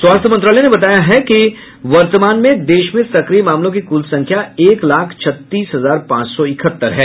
स्वास्थ्य मंत्रालय ने कहा है कि वर्तमान में देश में सक्रिय मामलों की कुल संख्या एक लाख छत्तीस हजार पांच सौ इकहत्तर है